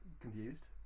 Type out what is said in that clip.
confused